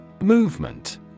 Movement